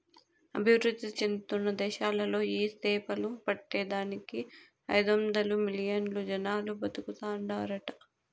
అభివృద్ధి చెందుతున్న దేశాలలో ఈ సేపలు పట్టే దానికి ఐదొందలు మిలియన్లు జనాలు బతుకుతాండారట